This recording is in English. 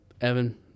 Evan